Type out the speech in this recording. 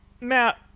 Matt